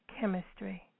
chemistry